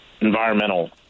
environmental